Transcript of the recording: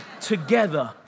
together